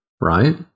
right